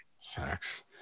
Facts